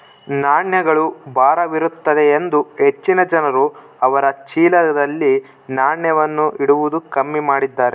ನಾಣ್ಯಗಳು ಭಾರವಿರುತ್ತದೆಯೆಂದು ಹೆಚ್ಚಿನ ಜನರು ಅವರ ಚೀಲದಲ್ಲಿ ನಾಣ್ಯವನ್ನು ಇಡುವುದು ಕಮ್ಮಿ ಮಾಡಿದ್ದಾರೆ